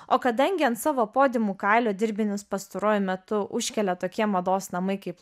o kadangi ant savo podiumų kailio dirbinius pastaruoju metu užkelia tokie mados namai kaip